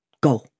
Go